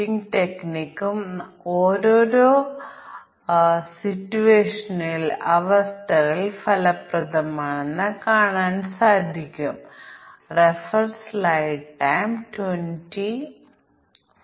നിങ്ങൾ അതിനെക്കുറിച്ച് ചിന്തിക്കുകയാണെങ്കിൽ ഞങ്ങൾ സാഹചര്യങ്ങൾ പരിഗണിക്കണമെന്നും സാഹചര്യങ്ങൾ എന്തായിരിക്കുമെന്നും ഞങ്ങൾ പറഞ്ഞു സാഹചര്യങ്ങൾ റൂട്ട് ഒരു യാദൃശ്ചിക റൂട്ട് ആണ്